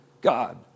God